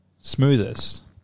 smoothest